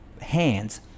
hands